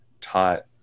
taught